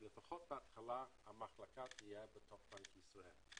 שלפחות בהתחלה המחלקה תהיה בתוך בנק ישראל.